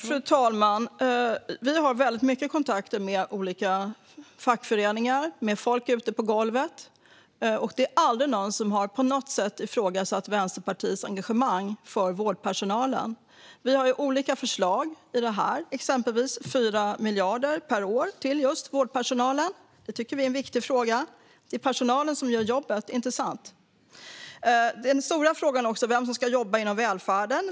Fru talman! Vi har väldigt mycket kontakter med olika fackföreningar och med folk ute på golvet. Det är aldrig någon som på något sätt har ifrågasatt Vänsterpartiets engagemang för vårdpersonalen. Vi har olika förslag, exempelvis 4 miljarder per år till just vårdpersonalen. Det tycker vi är en viktig fråga. Det är personalen som gör jobbet, inte sant? En stor fråga är också vem som ska jobba inom välfärden.